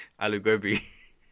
alugobi